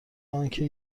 آنکه